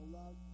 love